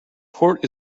port